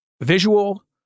visual